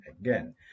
again